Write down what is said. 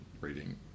reading